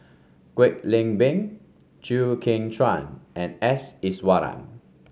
Kwek Leng Beng Chew Kheng Chuan and S Iswaran